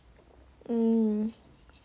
mm